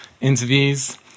interviews